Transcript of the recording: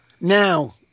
Now